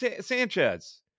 Sanchez